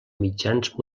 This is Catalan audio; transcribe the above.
mitjans